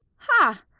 ha!